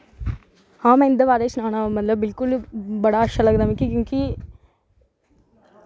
हां में उं'दे बारे च सनान्नां मतलब बिलकुल बड़ा अच्छा लगदा मिगी क्योंकि